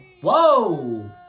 Whoa